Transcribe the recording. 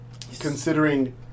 considering